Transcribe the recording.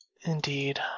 Indeed